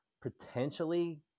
potentially